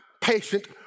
patient